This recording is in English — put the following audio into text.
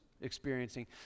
experiencing